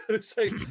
say